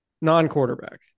non-quarterback